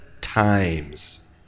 times